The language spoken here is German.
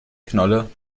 knolle